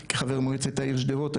כחבר מועצת העיר שדרות,